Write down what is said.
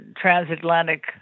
transatlantic